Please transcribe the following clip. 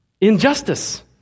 injustice